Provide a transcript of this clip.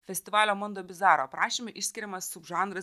festivalio mondobizaro aprašyme išskiriamas žanras